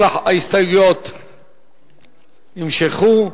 כל ההסתייגויות נמשכו.